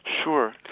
Sure